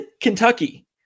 Kentucky